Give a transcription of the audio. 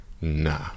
nah